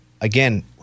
again